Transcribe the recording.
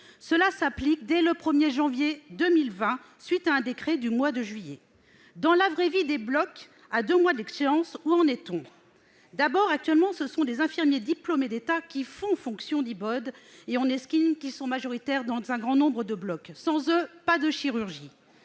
Cela s'applique dès le 1janvier 2020, à la suite d'un décret du mois de juillet dernier. Dans la vraie vie des blocs, à deux mois de l'échéance, où en est-on ? Actuellement, ce sont des infirmiers diplômés d'État qui font fonction d'Ibode, et l'on estime qu'ils sont majoritaires dans un grand nombre de blocs. Sans eux, pas de chirurgie.